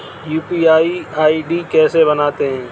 UPI ID कैसे बनाते हैं?